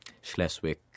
Schleswig